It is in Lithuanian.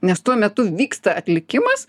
nes tuo metu vyksta atlikimas